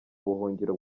ubuhungiro